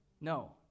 No